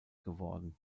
geworden